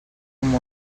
amb